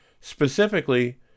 specifically